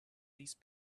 these